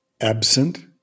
absent